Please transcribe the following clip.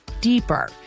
deeper